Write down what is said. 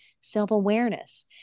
self-awareness